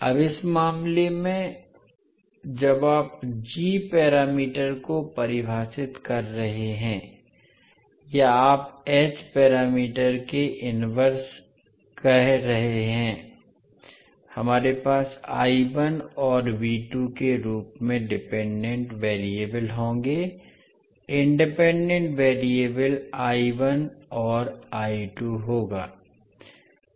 अब इस मामले में जब आप जी पैरामीटर को परिभाषित कर रहे हैं या आप एच पैरामीटर के इनवर्स कह सकते हैं हमारे पास और के रूप में डिपेंडेंट वेरिएबल होंगे इंडिपेंडेंट वेरिएबल और होगा